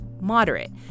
moderate